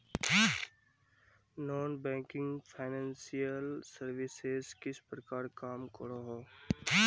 Non banking financial services किस प्रकार काम करोहो?